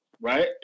Right